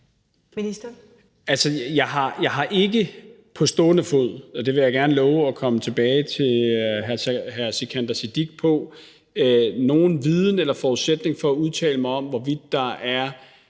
Altså, jeg har ikke på stående fod – og det vil jeg gerne love at komme tilbage til hr. Sikandar Siddique omkring – nogen viden eller forudsætning for at udtale mig om, hvorvidt der